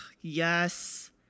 yes